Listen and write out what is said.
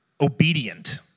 obedient